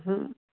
হুম